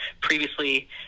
previously